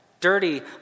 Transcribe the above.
Dirty